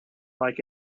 like